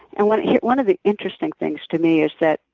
and one one of the interesting things to me is that,